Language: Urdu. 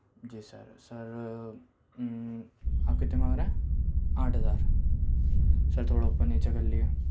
جی سر سر آپ کتنے مانگ رہا آٹھ ہزار سر تھوڑا اوپر نیچے کر لئے